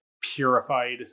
purified